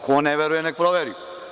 Ko ne veruje nek proveri.